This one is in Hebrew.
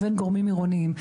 לבין גורמים עירוניים,